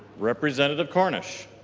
representative cornish